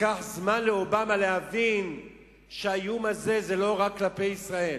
לקח זמן לאובמה להבין שהאיום הזה הוא לא רק כלפי ישראל.